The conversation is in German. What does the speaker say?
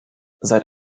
seit